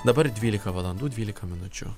dabar dvylika valandų dvylika minučių